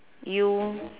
you